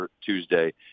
Tuesday